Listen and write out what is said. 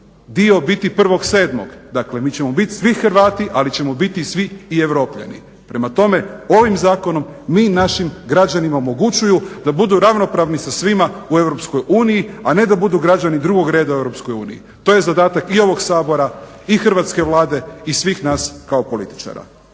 dio biti 1.7. dakle mi ćemo biti svi Hrvati ali ćemo biti svi i Europljani. Prema tome ovim zakonom mi našim građanima omogućuju da budu ravnopravni sa svima u EU a ne da budu građani drugog reda u EU. To je zadatak i ovog Sabora i hrvatske Vlade i svih nas kao političara.